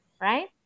right